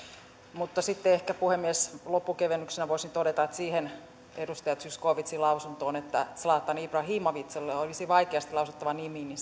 mutta sitten ehkä puhemies loppukevennyksenä voisin todeta että siihen edustaja zyskowiczin lausuntoon että zlatan ibrahimovicilla olisi vaikeasti lausuttava nimi